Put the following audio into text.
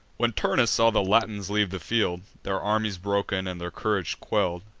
when turnus saw the latins leave the field, their armies broken, and their courage quell'd,